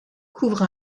couvre